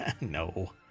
No